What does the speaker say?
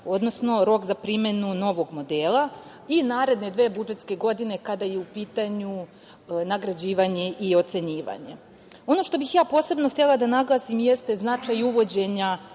odnosno rok za primenu novog modela i naredne dve budžetske godine, kada je u pitanju nagrađivanje i ocenjivanje. Ono što bih ja posebno htela da naglasim jeste značaj uvođenja